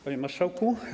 Panie Marszałku!